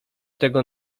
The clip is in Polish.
tego